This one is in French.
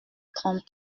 trente